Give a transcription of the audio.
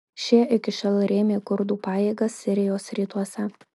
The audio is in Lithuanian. šie iki šiol rėmė kurdų pajėgas sirijos rytuose